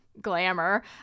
glamour